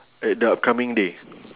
at the upcoming day